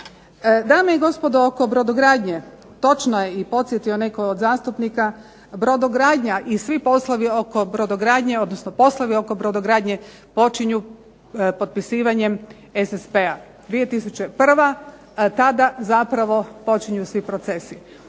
Dame i gospodo, oko brodogradnje, točno je i podsjetio netko od zastupnika, brodogradnja i svi poslovi oko brodogradnje počinju potpisivanjem SSP-a, 2001. tada zapravo počinju svi procesi.